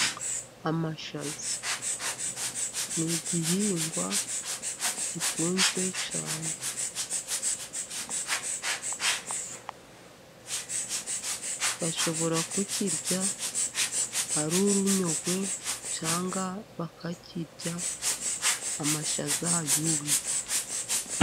Amashaza ni igihingwa gikunzwe cyane, bashobora kukirya ari urunyogwe cyangwa bakakirya ari amashaza yumye.